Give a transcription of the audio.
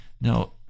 now